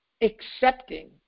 accepting